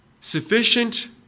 sufficient